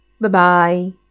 Bye-bye